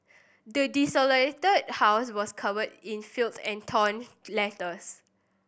the desolated house was covered in filth and torn letters